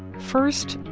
first,